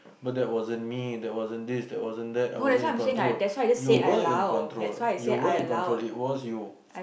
but that wasn't me that wasn't this that wasn't that I wasn't in control you were in control you were in control it was you